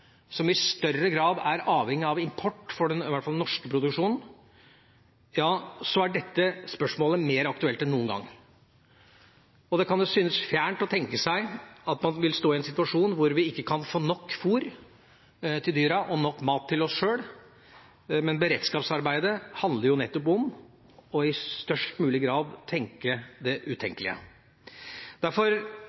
som i større grad er avhengig av import – i hvert fall for den norske produksjonen – er dette spørsmålet mer aktuelt enn noen gang. Det kan synes fjernt å tenke seg at vi kan stå i en situasjon der vi ikke kan få nok fôr til dyra og nok mat til oss sjøl, men beredskapsarbeidet handler jo nettopp om i størst mulig grad å tenke det utenkelige. Derfor